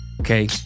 okay